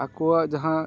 ᱟᱠᱚᱣᱟᱜ ᱡᱟᱦᱟᱸ